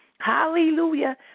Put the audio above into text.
hallelujah